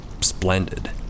splendid